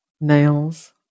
nails